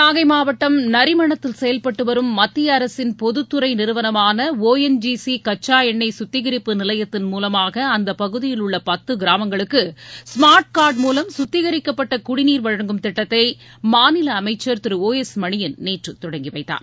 நாகை மாவட்டம் நிமணத்தில் செயல்பட்டுவரும் மத்திய அரசின் பொதுத்துறை நிறுவனமான ஒ என் ஜி சி கச்சா எண்ணெய் கத்திகரிப்பு நிலையத்தின் மூவமாக அந்தப் பகுதியில் உள்ள பத்து கிராமங்களுக்கு ஸ்மாா்ட் காா்டு மூலம் கத்திகிக்கப்பட்ட குடிநீா் வழங்கும் திட்டத்தை மாநில அமைச்சா் திரு ஒ எஸ் மணியன் நேற்று தொடங்கி வைத்தார்